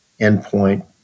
endpoint